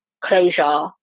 closure